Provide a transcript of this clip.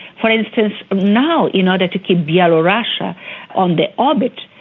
for instance, now in order to keep bielorussia on the orbit,